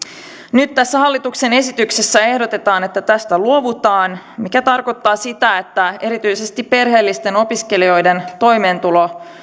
nyt tässä hallituksen esityksessä ehdotetaan että tästä luovutaan mikä tarkoittaa sitä että erityisesti perheellisten opiskelijoiden toimeentulo